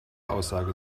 aussage